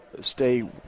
stay